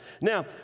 Now